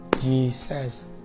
Jesus